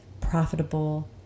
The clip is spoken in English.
profitable